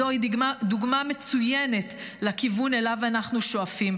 זוהי דוגמה מצוינת לכיוון שאליו אנחנו שואפים.